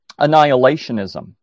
Annihilationism